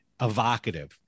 Evocative